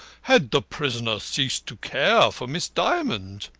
had the prisoner ceased to care for miss dymond?